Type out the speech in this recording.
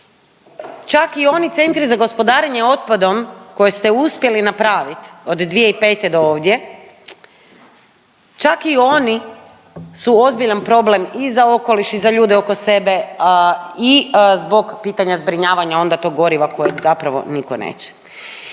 Čak i oni Centri za gospodarenje otpadom koje ste uspjeli napravit od 2005. do ovdje, čak i oni su ozbiljan problem i za okoliš i za ljude oko sebe i zbog pitanja zbrinjavanja onda tog goriva koje zapravo niko neće.